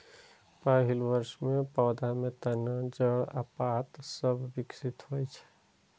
पहिल वर्ष मे पौधा मे तना, जड़ आ पात सभ विकसित होइ छै